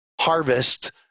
harvest